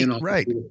right